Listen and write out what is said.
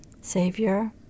Savior